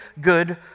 good